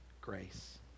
grace